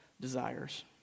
desires